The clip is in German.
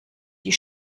die